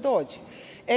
dođe.